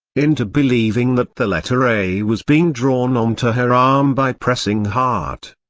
into believing that the letter a was being drawn onto her arm by pressing hard.